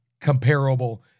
comparable